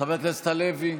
חבר הכנסת הלוי,